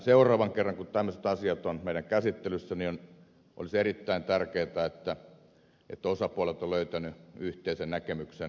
seuraavan kerran kun tämmöiset asiat ovat meillä käsittelyssä olisi erittäin tärkeätä että osapuolet ovat löytäneet yhteisen näkemyksen